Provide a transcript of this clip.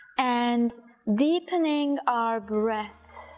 and deepening our breath,